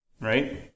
right